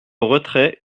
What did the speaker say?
retrait